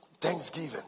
thanksgiving